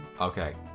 okay